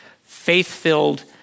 faith-filled